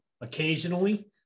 occasionally